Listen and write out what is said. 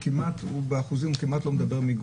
בדרך כלל הוא כמעט ולא מדבר מגרונו.